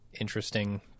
interesting